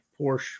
Porsche